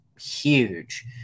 huge